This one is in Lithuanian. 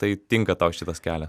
tai tinka tau šitas kelias